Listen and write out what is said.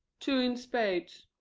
two in spades.